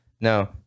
No